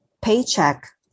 paycheck